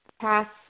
pass